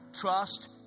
trust